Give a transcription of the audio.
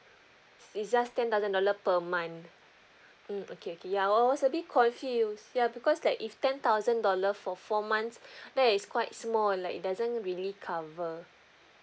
it's just ten thousand dollar per month mm okay okay ya I was a bit confused ya because like that if ten thousand dollar for four months that is quite small like doesn't really cover